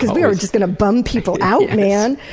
we're just going to bum people out, man!